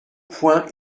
point